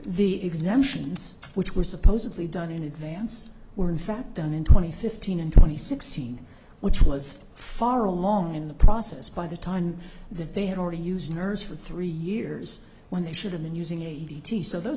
the exemptions which were supposedly done in advance were in fact done in twenty fifteen and twenty sixteen which was far along in the process by the time that they had already used nurse for three years when they should have been using a d t so those